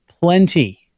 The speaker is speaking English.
plenty